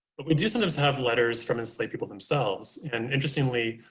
but we do sometimes have letters from enslaved people themselves. and interestingly,